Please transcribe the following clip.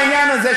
אז הנה, תודה.